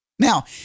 Now